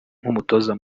nk’umutoza